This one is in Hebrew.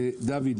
ודוד,